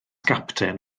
gapten